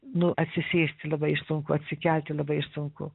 nu atsisėsti labai sunku atsikelti labai sunku